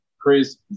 Chris